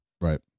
Right